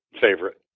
favorite